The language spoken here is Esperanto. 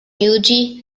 juĝi